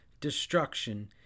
destruction